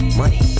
money